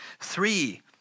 Three